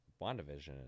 WandaVision